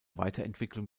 weiterentwicklung